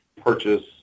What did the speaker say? purchase